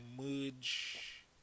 merge